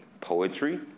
poetry